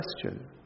question